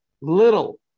little